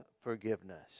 forgiveness